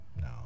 no